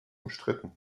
umstritten